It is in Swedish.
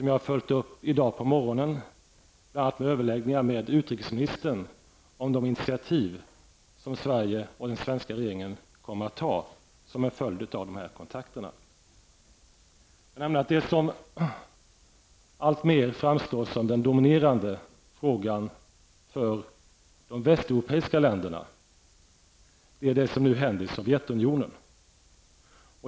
Jag har följt upp detta i dag på morgonen bl.a. med överläggningar med utrikesministern om de initiativ som Sverige och den svenska regeringen kommer att ta som en följd av dessa kontakter. Det som allt mer framstår som den dominerande frågan för de västtyska europeiska länderna är vad som händer i Sovjetunionen.